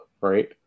Right